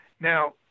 Now